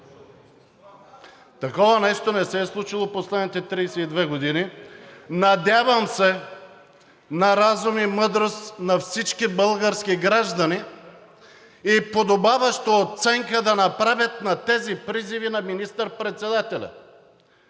Такова нещо не се е случвало последните 32 години. Надявам се на разум и мъдрост от всички български граждани и да направят подобаваща оценка на тези призиви на министър-председателя.